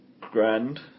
grand